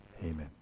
Amen